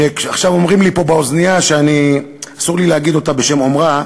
שעכשיו אומרים לי פה באוזנייה שאסור לי להגיד אותה בשם אומרה,